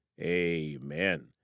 amen